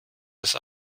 das